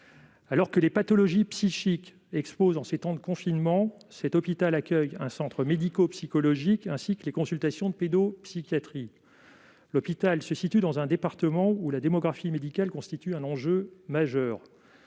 Alors que les pathologies psychiques explosent en ces temps de confinement, cet hôpital accueille un centre médico-psychologique ainsi que les consultations de pédopsychiatrie. L'hôpital se situe dans un département où la démographie médicale constitue un enjeu majeur.